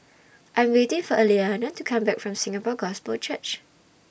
I'm waiting For Aliana to Come Back from Singapore Gospel Church